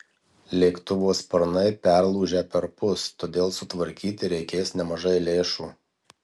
lėktuvo sparnai perlūžę perpus todėl sutvarkyti reikės nemažai lėšų